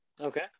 okay